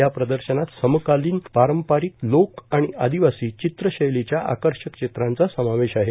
या प्रदर्शनात समकालीन पारंपारिक लोक आणि आदिवासी चित्रं शैलीच्या आकर्षक चित्रांचा समावेश आहे